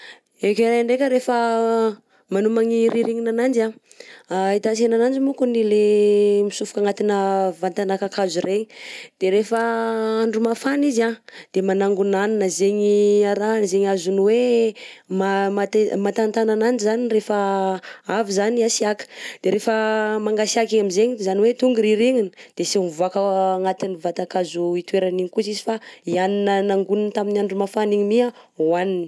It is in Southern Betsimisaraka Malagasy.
Écureuil ndreka rehefa manomagny ririgninananjy: a hitantsena ananjy mokony le mitsofoka agnatina vatagna kakazo regny, de rehefa andro mafana izy an de manangona hanina zegny arahany zegny azony hoe matez- matantagna ananjy zany rehefa avy zany hatsiaka, de rehefa mangatsiaka igny aminjegny zany hoe tonga rirignina de tsy mivoaka ao- agnatin'ny vatan-kazo itoerana igny koza izy fa i hanina nangoniny tamin'ny andro mafana igny mi a hoaniny.